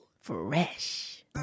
Fresh